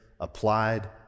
applied